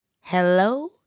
Hello